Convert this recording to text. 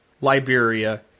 Liberia